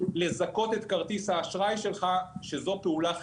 לזכות את כרטיס האשראי שלך שזו פעולה חינמית.